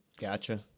Gotcha